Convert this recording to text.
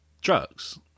drugs